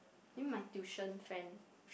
think my tuition friend